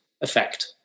effect